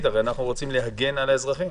כי הרי אנחנו רוצים להגן על האזרחים